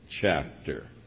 chapter